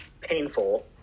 painful